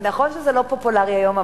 נכון שזה לא פופולרי היום,